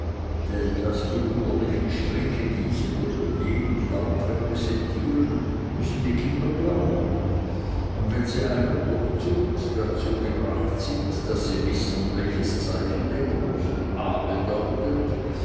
denn daß die wunderlichen striche diesen und jenen laut repräsentieren müssen die kinder glauben und wenn sie einmal durch zucht dazu gebracht sind daß sie wissen welches zeichen den großen a bedeutet